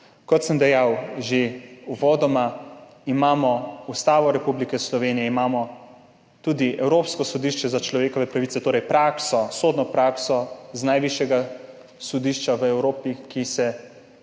Kot sem dejal že uvodoma, imamo Ustavo Republike Slovenije, imamo tudi Evropsko sodišče za človekove pravice, torej sodno prakso z najvišjega sodišča v Evropi, ki